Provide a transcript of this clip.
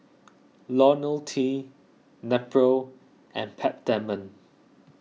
Ionil T Nepro and Peptamen